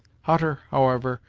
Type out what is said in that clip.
hutter, however,